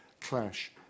clash